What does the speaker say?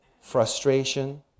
frustration